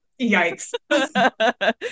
yikes